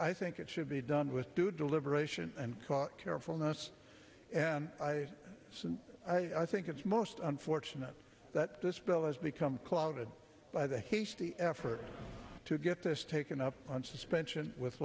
i think it should be done with due deliberation and carefulness since i think it's most unfortunate that this bill has become clouded by the hasty effort to get this taken up on suspension with